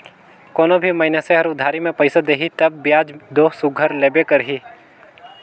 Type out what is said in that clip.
कोनो भी मइनसे हर उधारी में पइसा देही तब बियाज दो सुग्घर लेबे करही